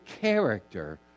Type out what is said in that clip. character